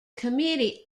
committee